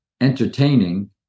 entertaining